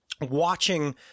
watching